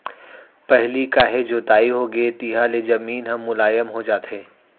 पहिली काहे जोताई होगे तिहाँ ले जमीन ह मुलायम हो जाथे